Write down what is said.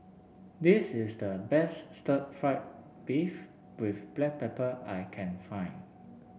this is the best Stir Fried Beef with Black Pepper I can find